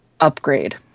upgrade